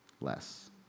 less